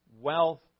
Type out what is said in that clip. wealth